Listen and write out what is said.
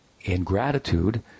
ingratitude